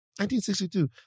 1962